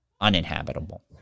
uninhabitable